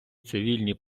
цивільні